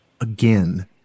Again